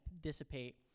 dissipate